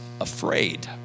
afraid